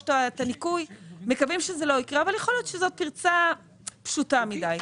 לא יקרה, אבל יכול להיות שזוהי פרצה פשוטה מדי.